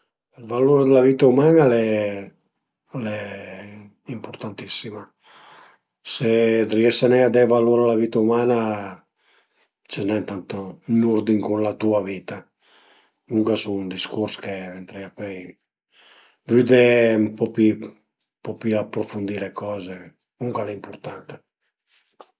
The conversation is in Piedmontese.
Ël valur d'la vita üman-a al e al e impurtantissima. Se riese nen a de valur a la vita umana ses nen tantu ën urdin cun la tua vita, comuncue a sun dë discurs che ventarìa pöi pudé ën po pi ën po pi aprufundì le coze, comuncue al e impurtant